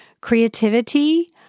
creativity